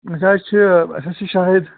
أسۍ حظ چھِ أسۍ حظ چھِ شاہِد